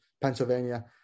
Pennsylvania